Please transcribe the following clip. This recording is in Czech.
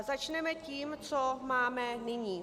Začneme tím, co máme nyní.